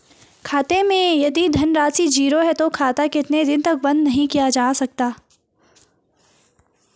खाते मैं यदि धन राशि ज़ीरो है तो खाता कितने दिन तक बंद नहीं किया जा सकता?